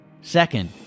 Second